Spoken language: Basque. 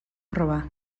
proba